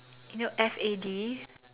you know F A D